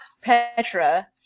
Petra